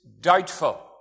doubtful